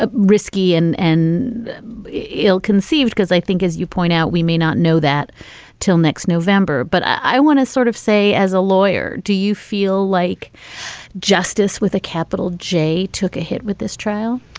ah risky and and ill conceived? because i think, as you point out, we may not know that till next november. but i want to sort of say, as a lawyer, do you feel like justice with a capital j. took a hit with this trial?